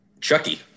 Chucky